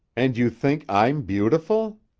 and you think i'm beautiful?